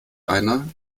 einer